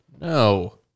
No